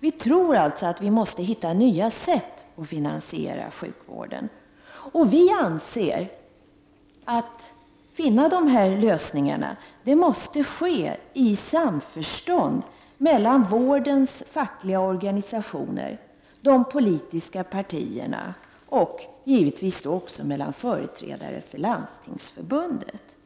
Vi tror att man måste hitta nya sätt för att finansiera sjukvården. Vi i vpk anser att dessa lösningar måste tas fram i samförstånd mellan vår dens fackliga organisationer, de politiska partierna och givetvis företrädare för Landstingsförbudet.